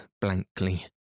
blankly